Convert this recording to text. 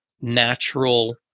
natural